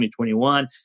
2021